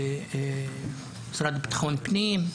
המשרד לביטחון פנים.